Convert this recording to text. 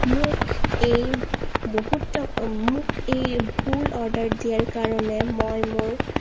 মোক এই বহুত মোক এই ভুল অৰ্ডাৰ দিয়াৰ কাৰণে মই মোৰ